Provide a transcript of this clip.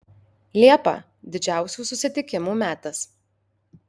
liepa didžiausių susitikimų metas